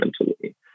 mentally